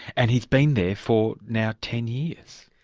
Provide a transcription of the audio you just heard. and he's been there for now ten years.